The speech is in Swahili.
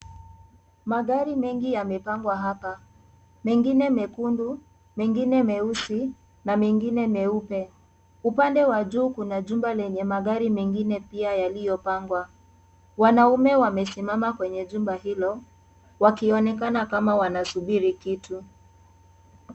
Magari mengi yamepangwa hapa, mengine mekundu, mengine meusi, na mengine meupe, upande wa juu kuna jumba lenye magari mengine pia yaliyo pangwa, wanaume wamesimama kwenye jumba hilo, wakionekana kama wanasubiri kitu.